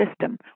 system